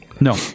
No